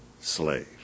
slave